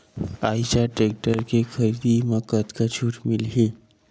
Eicher tractor के खरीदी म कतका छूट मिलही?